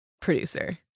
producer